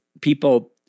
people